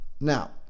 Now